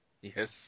Yes